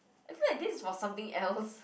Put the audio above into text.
I feel like this is for something else